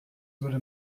würde